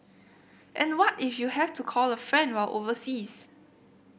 and what if you have to call a friend while overseas